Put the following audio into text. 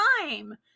time